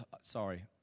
Sorry